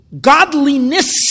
godliness